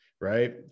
right